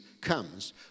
comes